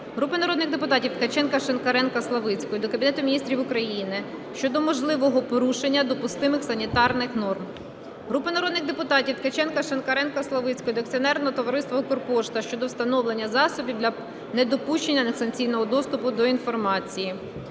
Групи народних депутатів (Ткаченка, Шинкаренка, Славицької) до Кабінету Міністрів України щодо можливого порушення допустимих санітарних норм. Групи народних депутатів (Ткаченка, Шинкаренка, Славицької) до Акціонерного товариства "Укрпошта" щодо встановлення засобів для недопущення несанкціонованого доступу до інформації.